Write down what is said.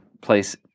place